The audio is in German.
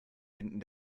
binden